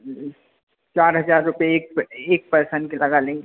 चार हजार रुपये एक पर एक पर्सन पर लगा लेंगे